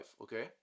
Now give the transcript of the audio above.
okay